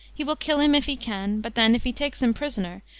he will kill him if he can but then, if he takes him prisoner,